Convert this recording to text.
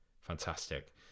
fantastic